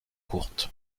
courtes